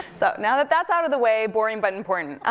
so, now that that's out of the way, boring, but important.